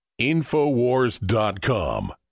Infowars.com